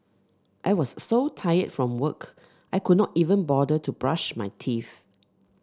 I was so tired from work I could not even bother to brush my teeth